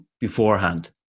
beforehand